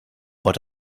but